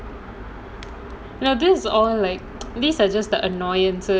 now this is all like these are all the annoyances